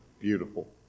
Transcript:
beautiful